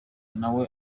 nawe